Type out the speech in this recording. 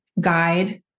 guide